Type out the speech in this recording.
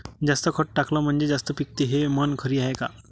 जास्त खत टाकलं म्हनजे जास्त पिकते हे म्हन खरी हाये का?